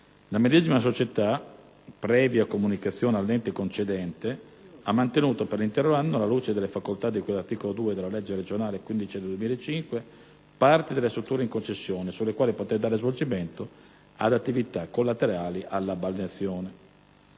La medesima società - previa comunicazione all'ente concedente - ha mantenuto, per l'intero anno, alla luce della facoltà di cui all'articolo 2 della legge regionale n. 15 del 2005, parte delle strutture in concessione sulle quali poter dare svolgimento ad attività collaterali alla balneazione.